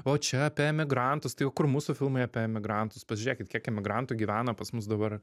o čia apie emigrantus tai o kur mūsų filmai apie emigrantus pasižiūrėkit kiek emigrantų gyvena pas mus dabar